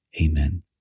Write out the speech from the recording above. Amen